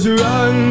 run